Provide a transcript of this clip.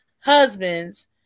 Husbands